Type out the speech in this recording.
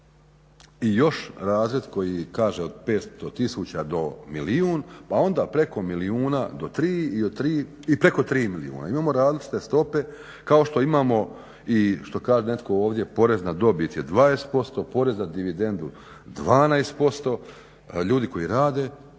i još razred koji kaže od 500 tisuća do milijun pa onda preko milijuna do tri i preko tri milijuna. Imamo različite stope kao što imamo i što kaže netko ovdje porez na dobit je 20%, porez na dividendu 12%, ljudi koji rade